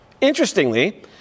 Interestingly